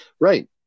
Right